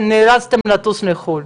ונאלצתם לטוס לחו"ל.